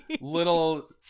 little